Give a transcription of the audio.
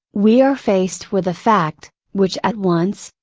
we are faced with a fact, which at once,